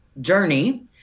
journey